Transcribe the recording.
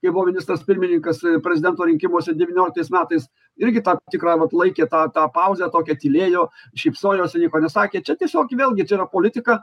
kai buvo ministras pirmininkas prezidento rinkimuose devynioliktais metais irgi tam tikrą vat laikė tą tą pauzę tokią tylėjo šypsojosi nieko nesakė čia tiesiog vėlgi čia yra politika